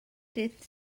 dydd